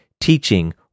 teaching